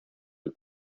del